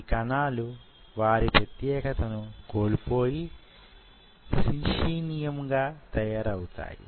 ఈ కణాలు వారి ప్రత్యేకత ను కోలుపోయి సిన్షియమ్ గా తయారవుతాయి